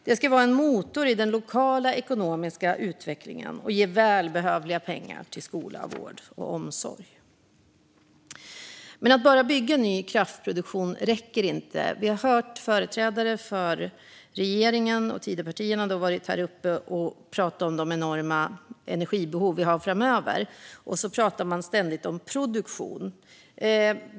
Det ska vara en motor i den lokala ekonomiska utvecklingen och ge välbehövliga pengar till skola, vård och omsorg. Men att bara bygga ny kraftproduktion räcker inte. Vi har hört företrädare för regeringen och Tidöpartierna stå här och prata om de enorma energibehov som vi har framöver. Och så pratar man ständigt om produktion.